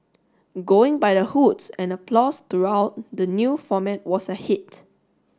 going by the hoots and applause throughout the new format was a hit